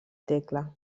tecla